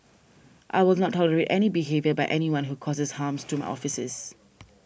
I will not tolerate any behaviour by anyone who causes harms to my offices